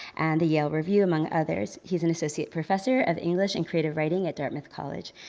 and the yale review, among others. he's an associate professor of english and creative writing at dartmouth college.